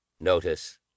Notice